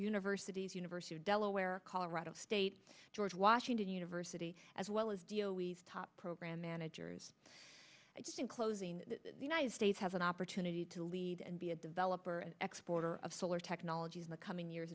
universities university of delaware colorado state george washington university as well as dio we've top program managers just in closing the united states has an opportunity to lead and be a developer exporter of solar technologies in the coming years